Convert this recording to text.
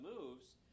moves